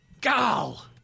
Gal